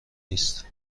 نیست